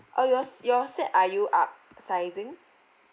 oh yours your set are you upsizing